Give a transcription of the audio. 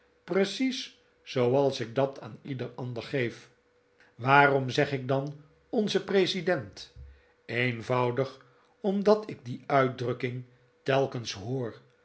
precies zooals ik dat aan ieder ander geef waarom zeg ik dan onze president eenvoudig omdat ik die uitdrukking telkens hoor